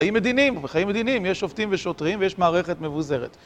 בחיים מדיניים, ובחיים מדיניים יש שופטים ושוטרים ויש מערכת מבוזרת